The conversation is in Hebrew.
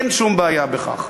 אין שום בעיה בכך.